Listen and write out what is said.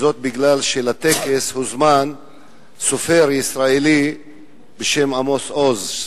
וזאת משום שלטקס הוזמן סופר ישראלי בשם עמוס עוז,